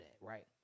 right